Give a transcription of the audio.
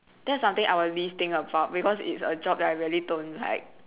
that's something I will least think about because it's a job that I really don't like